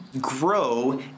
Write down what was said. grow